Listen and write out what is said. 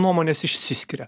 nuomonės išsiskiria